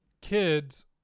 kids